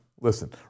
Listen